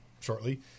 shortly